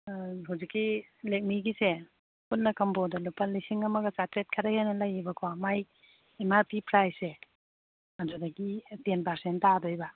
ꯍꯧꯖꯤꯛꯀꯤ ꯂꯦꯛꯃꯤꯒꯤꯁꯦ ꯄꯨꯟꯅ ꯀꯝꯕꯣꯗ ꯂꯨꯄꯥ ꯂꯤꯁꯤꯡ ꯑꯃꯒ ꯆꯥꯇꯔꯦꯠ ꯈꯔ ꯍꯦꯟꯅ ꯂꯩꯌꯦꯕꯀꯣ ꯃꯥꯏ ꯑꯦꯝ ꯑꯥꯔ ꯄꯤ ꯄ꯭ꯔꯥꯏꯖꯁꯦ ꯑꯗꯨꯗꯒꯤ ꯇꯦꯟ ꯄꯥꯔꯁꯦꯟ ꯇꯥꯗꯣꯏꯕ